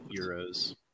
euros